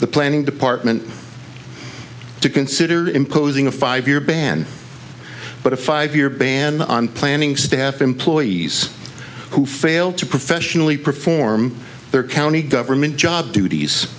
the planning department to consider imposing a five year ban but a five year ban on planning staff employees who fail to professionally perform their county government job duties